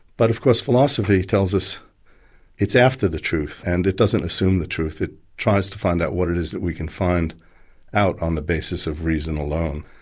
but of course philosophy tells us it's after the truth, and it doesn't assume the truth, it tries to find out what it is that we can find out on the basis of reason alone.